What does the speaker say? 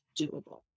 doable